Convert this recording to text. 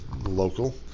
local